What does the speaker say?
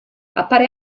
appare